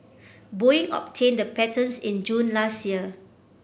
Boeing obtained the patents in June last year